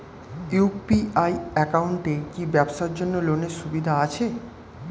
UPI একাউন্টে কি ব্যবসার জন্য লোনের সুবিধা আছে?